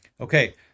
Okay